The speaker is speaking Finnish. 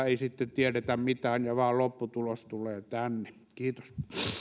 ei tiedetä mitään ja vain lopputulos tulee tänne kiitos